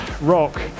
rock